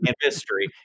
history